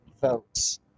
votes